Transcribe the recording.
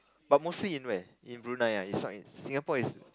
but mostly in where in Brunei ah is not in Singapore is